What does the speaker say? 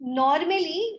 normally